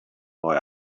boy